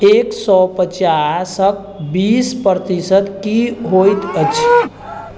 एक सए पचासक बीस प्रतिशत की होइत अछि